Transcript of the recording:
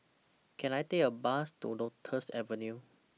Can I Take A Bus to Lotus Avenue